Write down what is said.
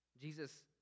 Jesus